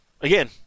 again